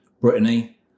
Brittany